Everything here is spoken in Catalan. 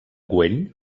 güell